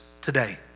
today